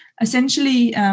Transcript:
essentially